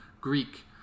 Greek